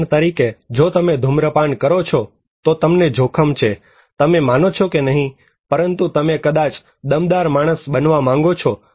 ઉદાહરણ તરીકે જો તમે ધૂમ્રપાન કરો છો તો તમને જોખમ છે તમે માનો છો કે નહીં પરંતુ તમે કદાચ દમદાર માણસ બનવા માંગો છો